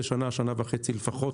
תהיה שנה-שנה וחצי לפחות